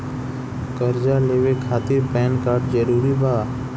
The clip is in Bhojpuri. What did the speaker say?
कर्जा लेवे खातिर पैन कार्ड जरूरी बा?